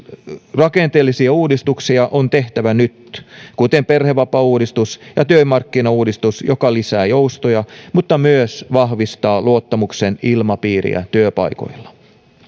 rakenteellisia uudistuksia on tehtävä nyt kuten perhevapaauudistus ja työmarkkinauudistus jotka lisäävät joustoja mutta myös vahvistavat luottamuksen ilmapiiriä työpaikoilla